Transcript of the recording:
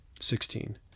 Sixteen